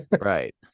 Right